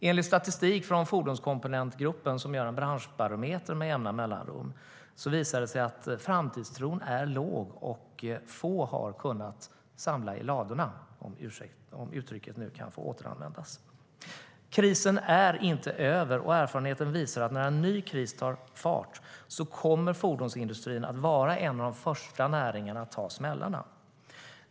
Enligt statistik från Fordonskomponentgruppen, som gör en branschbarometer med jämna mellanrum, visar det sig att framtidstron är låg. Och få har kunnat samla i ladorna - om uttrycket kan få återanvändas. Krisen är inte över, och erfarenheten visar att när en ny kris tar fart kommer fordonsindustrin att vara en av de första näringarna att ta smällarna.